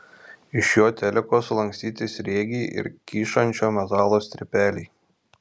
iš jo teliko sulankstyti sriegiai ir kyšančio metalo strypeliai